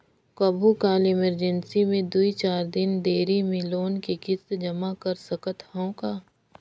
कभू काल इमरजेंसी मे दुई चार दिन देरी मे लोन के किस्त जमा कर सकत हवं का?